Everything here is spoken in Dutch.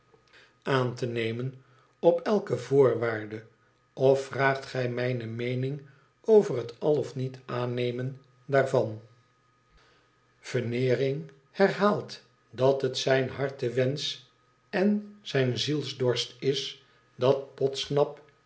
aan te nemen op elke voorwaarde of vraagt gij mijne meening over het al of niet aannemen daarvan veneering herhaalt dat het zijn hartewedsch en zijn zielsdorst is dat fodsnap